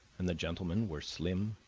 and the gentlemen were slim,